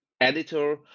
editor